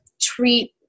treat